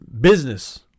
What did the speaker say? business